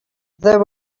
there